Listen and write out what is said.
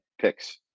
picks